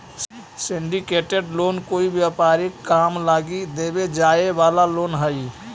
syndicated loan कोई व्यापारिक काम लगी देवे जाए वाला लोन हई